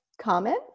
comment